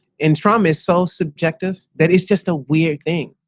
and trauma is so subjective, that it's just a weird thing.